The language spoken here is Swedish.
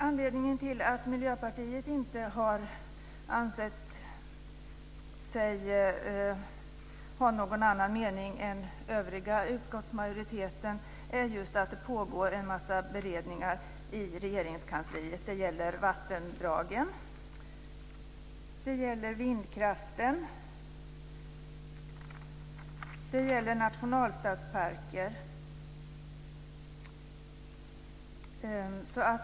Anledningen till att Miljöpartiet inte har ansett sig ha någon annan mening än den övriga utskottsmajoriteten är att det pågår en massa beredningar i Regeringskansliet. Det gäller vattendragen, vindkraften och nationalstadsparker.